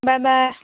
bye bye